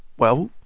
well,